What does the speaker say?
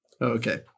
Okay